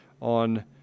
on